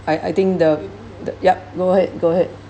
I I think the the yup go go ahead